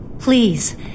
Please